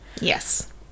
Yes